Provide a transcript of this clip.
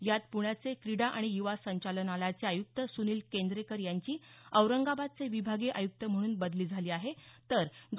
यात प्ण्याचे क्रीडा आणि युवा संचालनालयाचे आयुक्त सुनील केंद्रेकर यांची औरंगाबादचे विभागीय आयुक्त म्हणून बदली झाली आहे तर डॉ